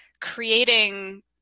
creating